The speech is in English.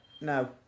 No